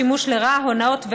שימוש לרעה והונאות.